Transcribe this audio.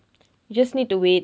just need to wait